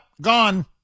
gone